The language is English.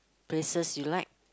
places you like